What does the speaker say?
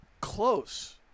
close